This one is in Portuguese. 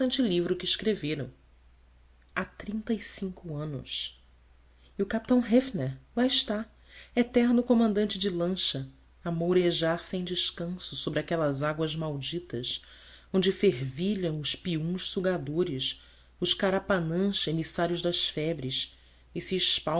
livro que escreveram há trinta e cinco anos e o capitão hoefner lá está eterno comandante de lancha a mourejar sem descanso sobre aquelas águas malditas onde fervilham os piuns sugadores os carapanãs emissários das febres e